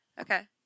Okay